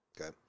Okay